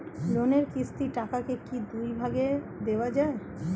লোনের কিস্তির টাকাকে কি দুই ভাগে দেওয়া যায়?